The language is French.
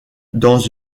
dans